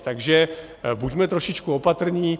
Takže buďme trošičku opatrní.